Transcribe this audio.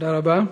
תודה רבה.